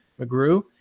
McGrew